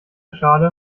schale